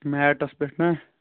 mates پٮ۪ٹھ نہ